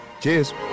cheers